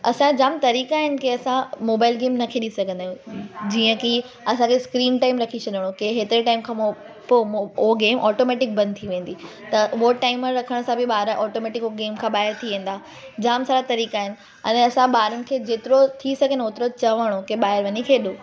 असां खे जामु तरीक़ा आहिनि की असां मोबाइल गेम न खेॾी सघंदा आहियूं जीअं की असांखे स्क्रीन टाइम रखी छॾणो की हेतिरे टाइम खां पोइ गेम ऑटॉमेटिक बंदि थी वेंदी त हू टाइमर रखण सां बि ॿार ऑटॉमेटिक गेम खां ॿाहिरि थी वेंदा जामु सारा तरीक़ा आहिनि अने असां ॿारनि खे जेतिरो थी सघे न होतिरो चवणो की ॿाहिरि वञी करे खेॾो